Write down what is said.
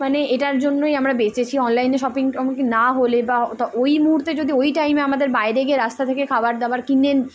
মানে এটার জন্যই আমরা বেঁচেছি অনলাইনে শপিংটা না হলে বা ওই মুহুর্তে যদি ওই টাইমে আমাদের বাইরে গিয়ে রাস্তা থেকে খাবার দাবার কিনে